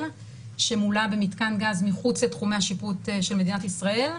שמונע במתקן גז מחוץ לתחומי השיפוט של מדינת ישראל.